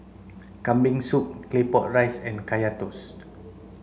kambing soup claypot rice and kaya toast